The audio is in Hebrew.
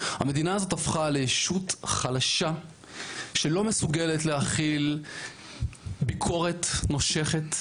המדינה הזאת הפכה לישות חלשה שלא מסוגלת להכיל ביקורת נושכת,